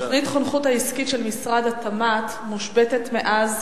תוכנית החונכות העסקית של משרד התמ"ת מושבתת מאז